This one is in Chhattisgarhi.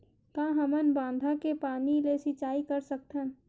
का हमन बांधा के पानी ले सिंचाई कर सकथन?